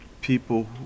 people